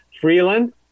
Freeland